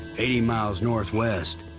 eighty miles northwest.